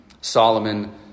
Solomon